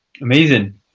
amazing